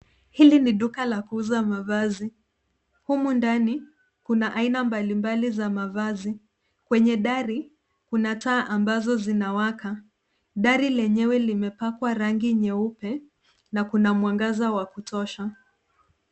Hili ni duka la kuuza mavazi. Humu ndani kuna aina mbalimbali za mavazi. Kwenye dari, kuna taa ambazo zinawaka. Dari lenyewe limepakwa rangi nyeupe na kuna mwangaza wa kutosha.